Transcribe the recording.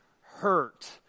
hurt